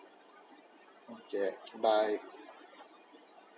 okay bye